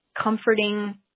comforting